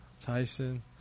Tyson